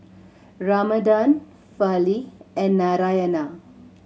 Ramanand Fali and Narayana